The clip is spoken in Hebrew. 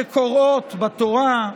שקוראות בתורה,